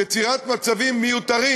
יצירת מצבים מיותרים.